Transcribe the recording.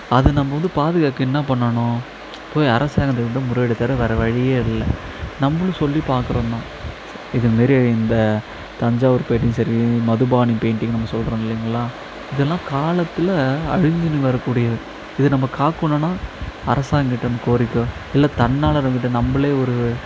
அது நம்ம வந்து பாதுகாக்க என்னா பண்ணணும் போய் அரசாங்கத்துக்கிட்டே முறையிடுறத தவிர வேறு வழியே இல்லை நம்மளும் சொல்லி பார்க்கறோம் தான் இதுமாரி இந்த தஞ்சாவூர் பெயிண்டிங்கு சரி மதுபானிங் பெயிண்டிங்னு நம்ம சொல்கிறோம் இல்லைங்களா இதெல்லாம் காலத்தில் அழிஞ்சுன்னு வரக்கூடியது இதை நம்ம காக்கணுன்னால் அரசாங்கிட்டேயிருந்து கோரிக்கையோ இல்லை தன்னார்வலர் கிட்டே நம்மளே ஒரு